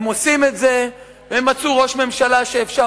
הם עושים את זה והם מצאו ראש ממשלה שאפשר